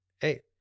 hey